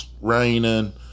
raining